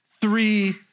three